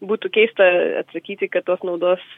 būtų keista atsakyti kad tos naudos